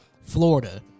Florida